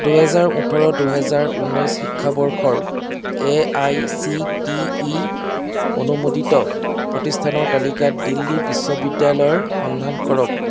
দুহেজাৰ ওঠৰ দুহেজাৰ ঊনৈছ শিক্ষাবৰ্ষৰ A I C T E অনুমোদিত প্ৰতিষ্ঠানৰ তালিকাত দিল্লী বিশ্ববিদ্যালয়ৰ সন্ধান কৰক